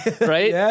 Right